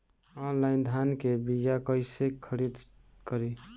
Online धान के बीया कइसे खरीद करी?